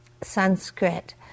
Sanskrit